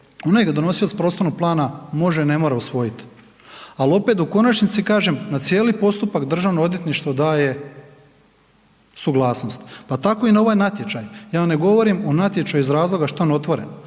razumije/…donosio s prostornog plana može, ne mora usvojit, al opet u konačnici kažem, na cijeli postupak državno odvjetništvo daje suglasnost. Pa tako i na ovaj natječaj, ja ne govorim o natječaju iz razloga što je on otvoren,